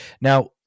Now